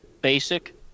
basic